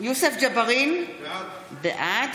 יוסף ג'בארין, בעד